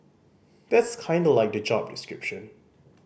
that's kinda like the job description